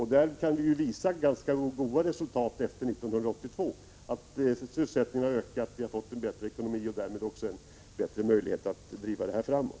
Här kan vi visa goda resultat efter 1982. Sysselsättningen har ökat, vi har fått en bättre ekonomi och därmed också bättre möjlighet att driva dessa frågor framåt.